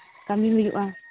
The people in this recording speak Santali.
ᱠᱟᱹᱢᱤ ᱦᱩᱭᱩᱜᱼᱟ